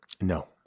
No